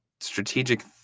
Strategic